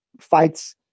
fights